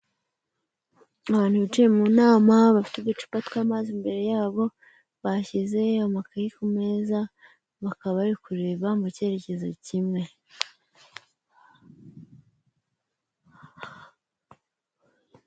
Abantu bicaye mu nama bafite uducupa tw'amazi imbere yabo bashyizeyo amakayi ku meza bakaba bari kureba mu kerekezo kimwe.